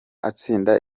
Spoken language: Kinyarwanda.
atsinda